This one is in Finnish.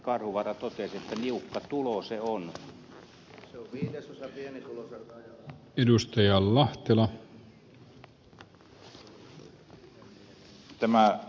karhuvaara totesi niukka tulo se on